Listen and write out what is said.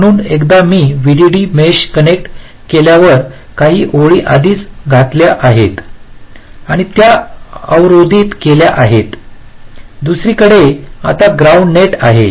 म्हणून एकदा मी व्हीडीडी मेश कनेक्ट केल्यावर काही ओळी आधीच घातल्या आहेत आणि त्या अवरोधित केल्या आहेत दुसरीकडे आता ग्राउंड नेट आहे